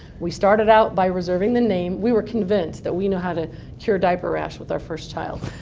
we started out by reserving the name. we were convinced that we know how to cure diaper rash with our first child.